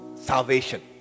Salvation